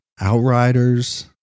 Outriders